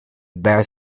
bad